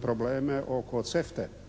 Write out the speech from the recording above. probleme oko CEFTA-e,